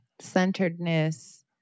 centeredness